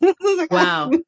Wow